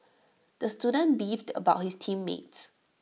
the student beefed about his team mates